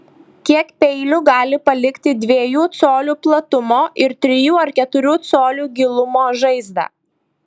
kiek peilių gali palikti dviejų colių platumo ir trijų ar keturių colių gilumo žaizdą